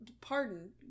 Pardon